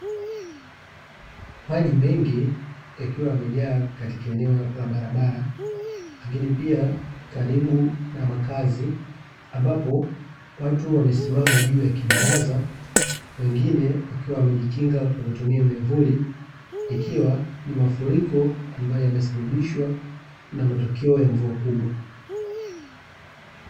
Maji mengi yakiwa yamejaa katika eneo la barabara, lakini pia karibu na makazi ambapo watu wamesimama juu ya kibaraza, wengine wakiwa wamejikinga kwa kutumia mianvuli ikiwa ni mafuriko ambayo yamesababishwa na matokeo ya mvua kubwa.